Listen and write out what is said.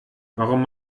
warum